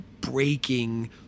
breaking